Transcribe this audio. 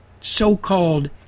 so-called